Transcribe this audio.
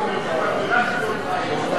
כבר בירכנו אותך היום.